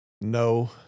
no